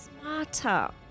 smarter